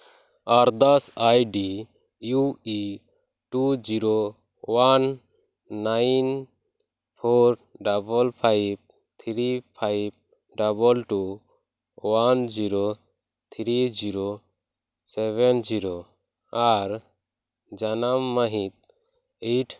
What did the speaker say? ᱟᱨᱫᱟᱥ ᱟᱭᱰᱤ ᱤᱭᱩ ᱤ two zero one nine four double five three five double two one zero three zero seven zero ᱟᱨ ᱡᱟᱱᱟᱢ ᱢᱟᱦᱤᱛ ᱮᱭᱤᱴ